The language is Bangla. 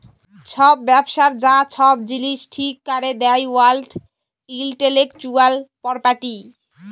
ছব ব্যবসার যা ছব জিলিস ঠিক ক্যরে দেই ওয়ার্ল্ড ইলটেলেকচুয়াল পরপার্টি